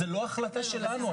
זה לא החלטה שלנו.